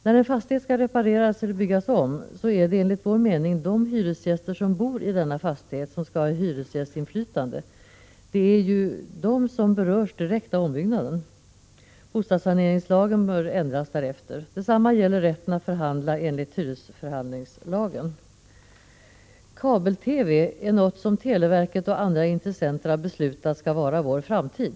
När en fastighet skall repareras eller byggas om, är det enligt vår mening de hyresgäster som bor i fastigheten som skall ha hyresgästinflytande. Det är ju de som direkt berörs av ombyggnaden. Bostadssaneringslagen bör ändras därefter. Detsamma gäller rätten att förhandla enligt hyresförhandlingslagen. Kabel-TV är något som televerket och andra intressenter har beslutat skall vara vår framtid.